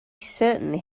certainly